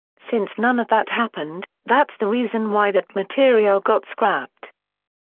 since none of that happened, that's the reason why that material got scrapped.